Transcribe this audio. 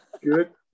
Good